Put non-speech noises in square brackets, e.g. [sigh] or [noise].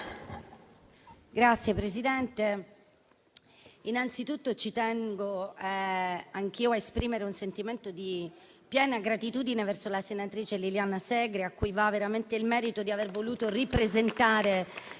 Signor Presidente, innanzitutto ci tengo anch'io a esprimere un sentimento di piena gratitudine verso la senatrice Liliana Segre, [applause] a cui va il merito di aver voluto ripresentare